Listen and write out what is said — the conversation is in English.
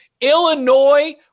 Illinois